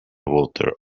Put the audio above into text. water